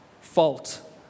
fault